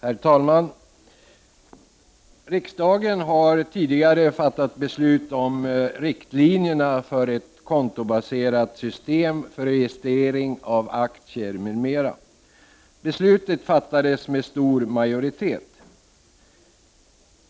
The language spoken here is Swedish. Herr talman! Riksdagen har tidigare fattat beslut om riktlinjerna för ett kontobaserat system för registrering av aktier m.m. Beslutet fattades med stor majoritet.